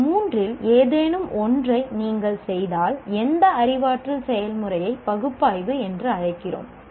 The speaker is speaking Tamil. இந்த மூன்றில் ஏதேனும் ஒன்றை நீங்கள் செய்தால் அந்த அறிவாற்றல் செயல்முறையை பகுப்பாய்வு என அழைக்கிறோம்